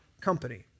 company